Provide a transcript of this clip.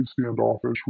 standoffish